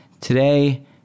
Today